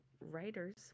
writers